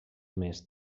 més